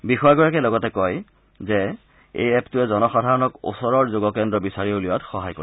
বিষয়াগৰাকীয়ে লগতে কয় এই এপটোৱে জনসাধাৰণক ওচৰৰ যোগ কেন্দ্ৰ বিচাৰি উলিওৱাত সহায় কৰিব